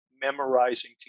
memorizing